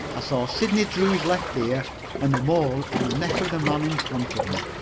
i saw sidney drew's left ear and a mole on the neck of the man in front of me.